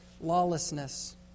lawlessness